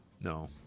no